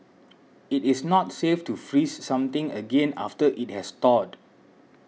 it is not safe to freeze something again after it has thawed